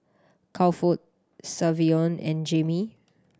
Crawford Savion and Jamie